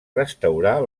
restaurar